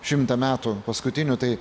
šimtą metų paskutinių tai